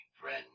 friend